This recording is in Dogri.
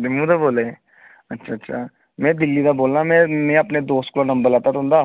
जम्मू दा बोल्ला ने अच्छा अच्छा में दिल्ली दा बोल्ला ना में में अपने दोस्त कोलां नम्बर लैता तुं'दा